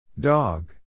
Dog